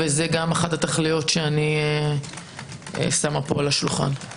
וזאת גם אחת התכליות שאני שמה פה על השולחן.